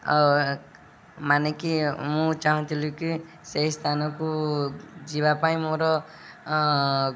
ଆଉ ମାନେ କି ମୁଁ ଚାହୁଁଥିଲି କି ସେହି ସ୍ଥାନକୁ ଯିବା ପାଇଁ ମୋର